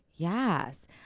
Yes